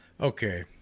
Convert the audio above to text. Okay